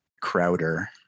Crowder